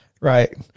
Right